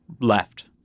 left